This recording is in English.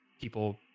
people